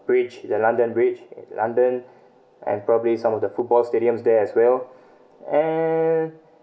bridge the london bridge in london and probably some of the football stadiums there as well as eh